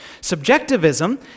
Subjectivism